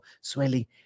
swelling